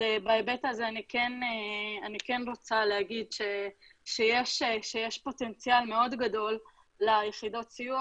בהיבט הזה אני רוצה להגיד שיש פוטנציאל מאוד גדול ליחידות הסיוע